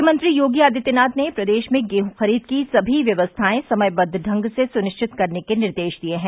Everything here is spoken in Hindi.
मुख्यमंत्री योगी आदित्यनाथ ने प्रदेश में गेहूं खरीद की सभी व्यवस्थाएं समयबद्ध ढंग से सुनिश्चित करने के निर्देश दिए हैं